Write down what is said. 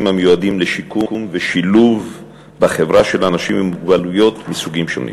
המיועדים לשיקום ושילוב בחברה של אנשים עם מוגבלויות מסוגים שונים.